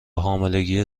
حاملگیهای